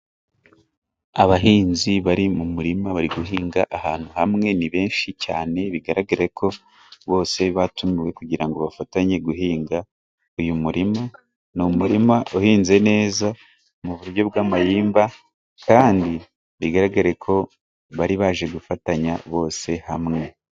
Abahinzi bari mu murima bari guhinga ahantu hamwe, ni benshi cyane bigaragare ko bose batumiwe kugira ngo bafatanye guhinga uyu murima, ni umurima uhinze neza mu buryo bw'amahimba kandi bigaragare ko bari baje gufatanya bose hamwe.